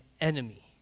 enemy